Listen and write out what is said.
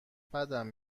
بدم